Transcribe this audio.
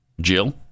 Jill